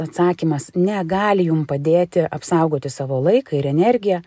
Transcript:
atsakymas negali jum padėti apsaugoti savo laiką ir energiją